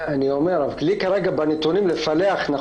אני אומר שלי כרגע אין בנתונים יכולת